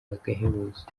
agahebuzo